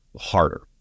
harder